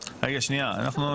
שמעתי את דרישתך,